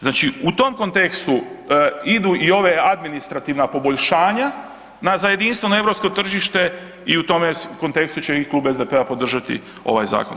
Znači u tom kontekstu idu i ova administrativna poboljšanja za jedinstveno europsko tržište i u tome kontekstu će i klub SDP-a podržati ovaj zakon.